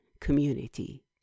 community